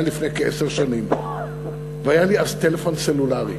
זה היה לפני כעשר שנים והיה לי אז טלפון סלולרי,